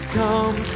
come